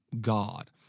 God